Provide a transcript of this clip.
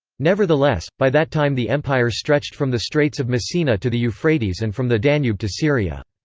nevertheless, by that time the empire stretched from the straits of messina to the euphrates and from the danube to syria.